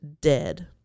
dead